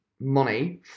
money